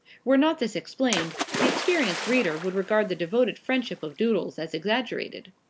were not this explained, the experienced reader would regard the devoted friendship of doodles as exaggerated.